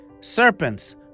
Serpents